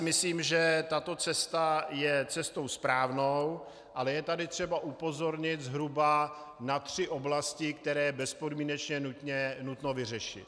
Myslím si, že tato cesta je cestou správnou, ale je tady třeba upozornit zhruba na tři oblasti, které je bezpodmínečně nutno vyřešit.